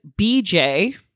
BJ